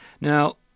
Now